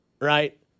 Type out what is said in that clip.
right